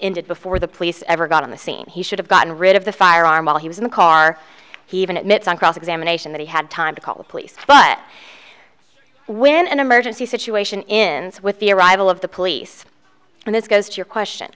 indeed before the police ever got on the scene he should have gotten rid of the firearm while he was in the car he even admits on cross examination that he had time to call the police but when an emergency situation in with the arrival of the police and this goes to your question